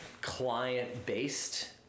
client-based